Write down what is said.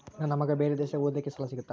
ನನ್ನ ಮಗ ಬೇರೆ ದೇಶದಾಗ ಓದಲಿಕ್ಕೆ ಸಾಲ ಸಿಗುತ್ತಾ?